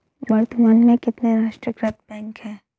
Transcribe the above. वर्तमान में कितने राष्ट्रीयकृत बैंक है?